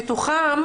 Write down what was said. מתוכם,